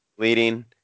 Leading